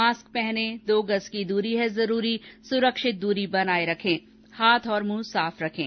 mask पहनें दो गज़ की दूरी है जरूरी सुरक्षित दूरी बनाए रखें हाथ और मुंह साफ रखें